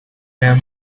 them